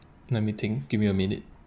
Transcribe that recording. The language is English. let me think give me a minute